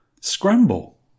scramble